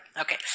okay